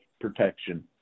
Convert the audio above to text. protection